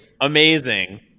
Amazing